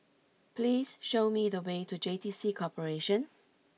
please show me the way to J T C Corporation